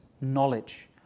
knowledge